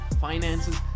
finances